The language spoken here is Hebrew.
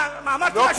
מה, אמרתי משהו לא נכון?